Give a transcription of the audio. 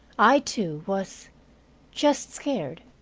i, too, was just scared.